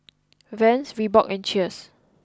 Vans Reebok and Cheers